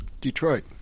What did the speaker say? Detroit